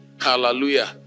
hallelujah